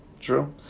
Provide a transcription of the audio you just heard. true